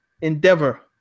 endeavor